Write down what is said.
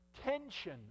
tension